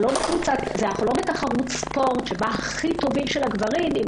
אנחנו לא בתחרות ספורט שבה הכי טובים של הגברים אם